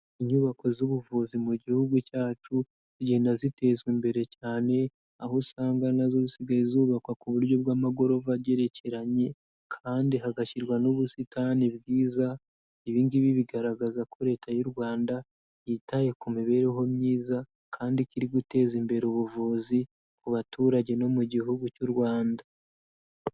Inyubako z'ubuvuzi mu gihugu cyacu zigenda zitezwa imbere cyane, aho usanga nazo zisigaye zubakwa ku buryo bw'amagorofa agerekeranye kandi hagashyirwa n'ubusitani bwiza, ibi ngibi bigaragaza ko Leta y'u Rwanda yitaye ku mibereho myiza kandi ko iri guteza imbere ubuvuzi ku baturage no mu gihugu cy'u Rwanda.